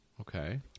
Okay